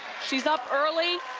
she's up early,